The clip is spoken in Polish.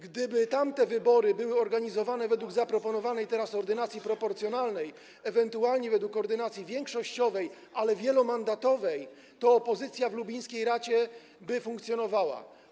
Gdyby tamte wybory były organizowane według zaproponowanej teraz ordynacji proporcjonalnej, ewentualnie według ordynacji większościowej, ale wielomandatowej, to w lubińskiej radzie funkcjonowałaby opozycja.